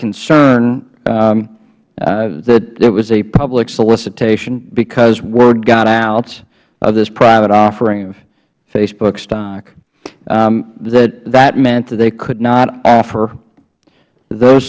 concern that it was a public solicitation because word got out of this private offering of facebook stock that that meant that they could not offer those